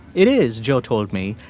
it is, jo told me,